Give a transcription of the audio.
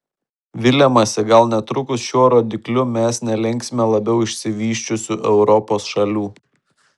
viliamasi gal netrukus šiuo rodikliu mes nelenksime labiau išsivysčiusių europos šalių